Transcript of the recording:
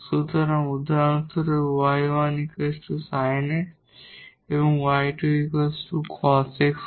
সুতরাং উদাহরণস্বরূপ 𝑦1 sin 𝑥 𝑦2 cos 𝑥 হয়